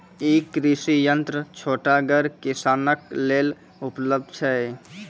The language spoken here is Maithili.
ई कृषि यंत्र छोटगर किसानक लेल उपलव्ध छै?